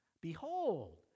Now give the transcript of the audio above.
behold